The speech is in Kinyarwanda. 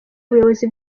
ubuyobozi